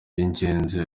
by’ingenzi